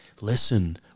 Listen